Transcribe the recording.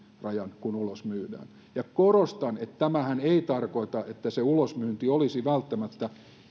myyntirajan kun ulos myydään korostan että tämähän ei tarkoita että se ulosmyynti olisi välttämättä